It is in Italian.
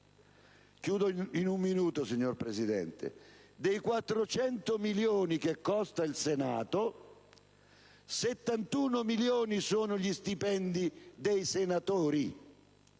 fatta 16 anni fa? Signora Presidente, dei 400 milioni che costa il Senato, 71 milioni sono gli stipendi dei senatori,